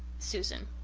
susan.